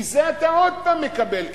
מזה אתה עוד פעם מקבל כסף,